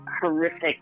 Horrific